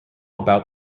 about